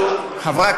חבל.